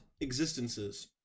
existences